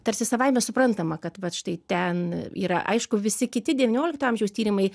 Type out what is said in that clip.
tarsi savaime suprantama kad vat štai ten yra aišku visi kiti devyniolikto amžiaus tyrimai